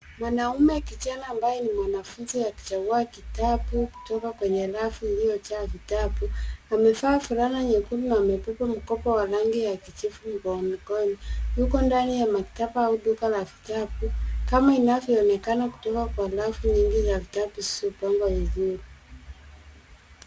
Mwanume kijana ambaye ni mwanafunzi akichagua kitabu kutoka kwenye rafu iliyojaa vitabu, amevaa fulana nyekundu na amebeba mkoba wa rangi ya kijivu wa mikono. Yuko ndani ya maktaba au duka la vitabu, kama inavyooekana kutoka kwa rafu nyingi za vitabu zilizopangwa vizuri.